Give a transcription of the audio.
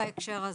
בהקשר הזה.